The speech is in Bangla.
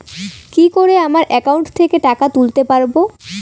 কি করে আমার একাউন্ট থেকে টাকা তুলতে পারব?